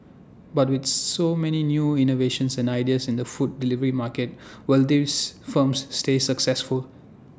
but with so many new innovations and ideas in the food delivery market will these firms stay successful